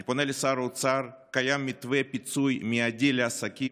אני פונה לשר האוצר: קיים מתווה פיצוי מיידי לעסקים,